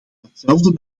datzelfde